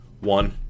One